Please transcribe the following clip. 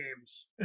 games